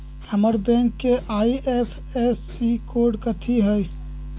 हमर बैंक के IFSC code कथि हई?